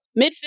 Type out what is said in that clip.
midfield